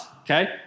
okay